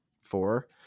Four